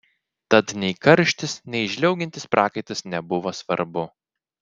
tad nei karštis nei žliaugiantis prakaitas nebuvo svarbu